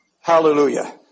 Hallelujah